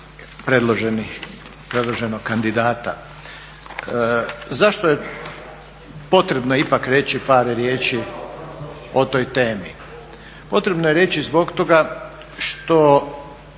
predloženog kandidata. Zašto je potrebno ipak reći par riječi o toj temi? Potrebno je reći zbog toga što